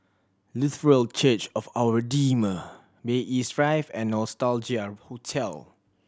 Lutheran Church of Our Redeemer Bay East Drive and Nostalgia Hotel